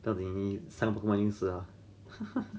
到底你散布 and 死 ah ha ha ha